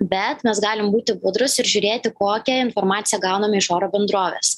bet mes galim būti budrūs ir žiūrėti kokią informaciją gauname iš oro bendrovės